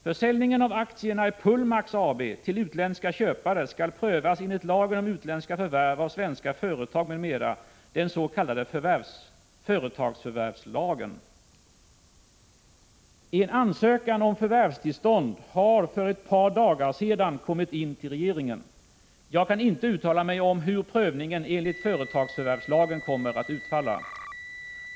Försäljningen av aktierna i Pullmax AB till utländska köpare skall prövas enligt lagen om utländska förvärv av svenska företag m.m., den s.k. företagsförvärvslagen. En ansökan om förvärvstillstånd har för ett par dagar sedan kommit in till regeringen. Jag kan inte uttala mig om hur prövningen enligt företagsförvärvslagen kommer att utfalla.